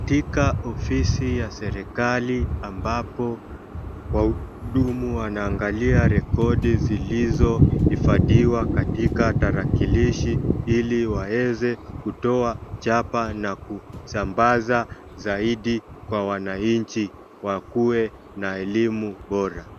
Katika ofisi ya serikali ambapo wahudumu wanaangalia rekodi zilizo hifadhiwa katika tarakilishi, ili waweze kutoa chapa na kusambaza zaidi kwa wananchi wakuwe na elimu bora.